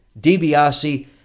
DiBiase